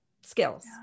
skills